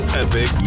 epic